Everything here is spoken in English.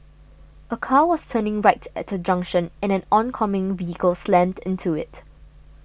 a car was turning right at a junction and an oncoming vehicle slammed into it